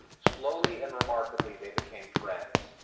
slowly and remarkably, they became friends,